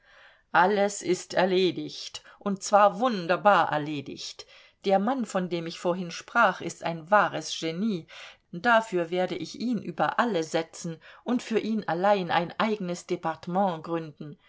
alles ist erledigt und zwar wunderbar erledigt der mann von dem ich vorhin sprach ist ein wahres genie dafür werde ich ihn über alle setzen und für ihn allein ein eigenes departement gründen